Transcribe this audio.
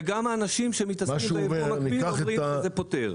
וגם האנשים שמתעסקים ביבוא מקביל אומרים שזה פותר.